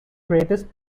greatest